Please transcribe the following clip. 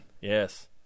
Yes